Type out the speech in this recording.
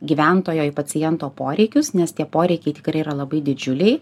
gyventojo į paciento poreikius nes tie poreikiai tikrai yra labai didžiuliai